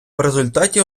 результаті